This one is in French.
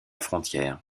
frontière